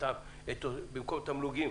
האזורים הפריפריאליים במקום תמלוגים,